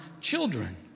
children